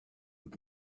took